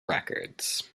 records